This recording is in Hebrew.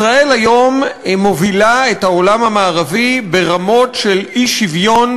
ישראל מובילה היום בעולם המערבי ברמות של אי-שוויון,